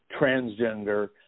transgender